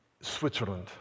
Switzerland